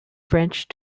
french